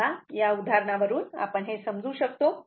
तेव्हा या उदाहरणावरून आपण हे समजू शकतो